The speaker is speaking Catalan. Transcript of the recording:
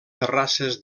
terrasses